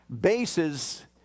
bases